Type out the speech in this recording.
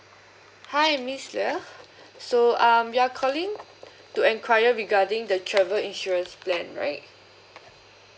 hi miss leah so um you're calling to enquiry regarding the travel insurance plan right